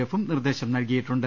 എഫും നിർദ്ദേശം നൽകിയിട്ടുണ്ട്